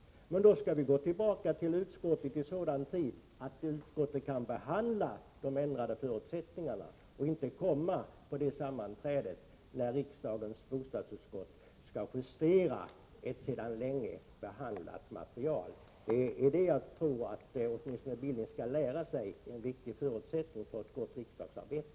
Men då skall vi gå tillbaka till utskottet i sådan tid att utskottet kan behandla de ändrade förutsättningarna och inte, som i det här fallet, komma först till det sammanträde i riksdagens bostadsutskott då utskottet skall justera ett sedan länge behandlat material. Jag tror att Knut Billing bör lära sig att det förstnämnda förfaringssättet är en viktig förutsättning för ett gott riksdagsarbete.